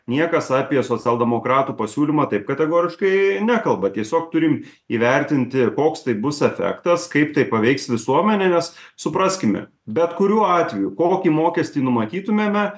niekas apie socialdemokratų pasiūlymą taip kategoriškai nekalba tiesiog turim įvertinti ir koks tai bus efektas kaip tai paveiks visuomenę nes supraskime bet kuriuo atveju kokį mokestį numatytumėme